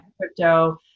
crypto